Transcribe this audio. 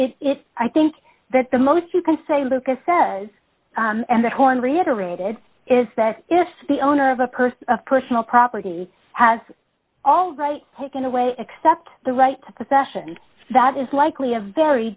it i think that the most you can say look a says and the horn reiterated is that if the owner of a person's personal property has all right taken away except the right to possession that is likely a very